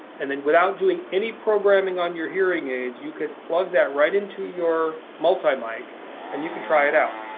and then without doing any programming on your hearing aids you could plug that right into your multi mic and you could try it out.